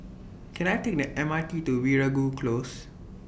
Can I Take The M R T to Veeragoo Close